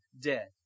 dead